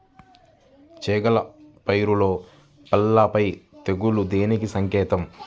చేగల పైరులో పల్లాపై తెగులు దేనికి సంకేతం?